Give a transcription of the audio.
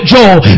Joel